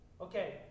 Okay